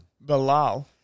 Bilal